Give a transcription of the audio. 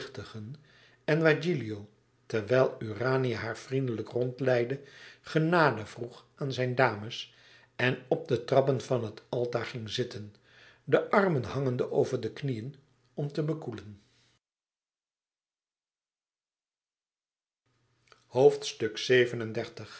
en waar gilio terwijl urania haar vriendelijk rondleidde genade vroeg aan zijn dames en op de trappen van het altaar ging zitten de armen hangende over de knieën om te bekoelen